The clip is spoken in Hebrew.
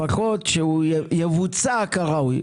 לפחות שהוא יבוצע כראוי.